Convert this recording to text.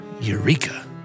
Eureka